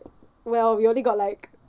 well we only got like